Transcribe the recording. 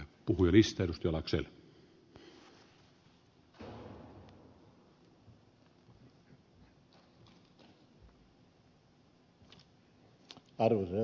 arvoisa herra puhemies